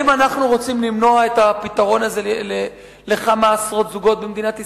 האם אנחנו רוצים למנוע את הפתרון הזה מכמה עשרות זוגות במדינת ישראל?